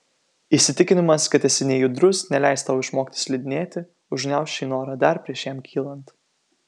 įsitikinimas kad esi nejudrus neleis tau išmokti slidinėti užgniauš šį norą dar prieš jam kylant